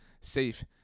safe